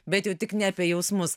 bet jau tik ne apie jausmus